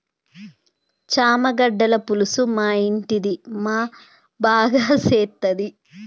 చామగడ్డల పులుసు మా ఇంటిది మా బాగా సేత్తది